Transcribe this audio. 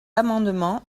amendement